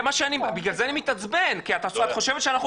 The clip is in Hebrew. בגלל זה אני מתעצבן כי את חושבת שאנחנו